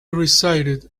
recited